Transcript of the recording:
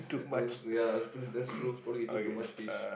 oh no that's ya precisely that's true probably eating too much fish